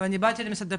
ואני באתי למשרד הפנים,